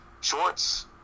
shorts